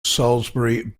salisbury